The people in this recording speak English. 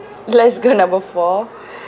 let's go number four